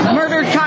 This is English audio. murdered